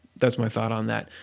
that's my thought on that.